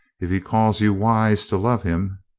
if he calls you wise to love him